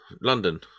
London